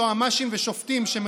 יועצים משפטיים ושופטים,